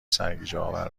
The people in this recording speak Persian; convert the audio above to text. سرگیجهآور